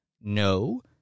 No